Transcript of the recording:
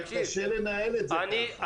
אבל קשה לנהל את זה ככה.